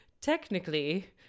technically